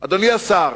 אדוני השר,